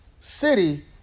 city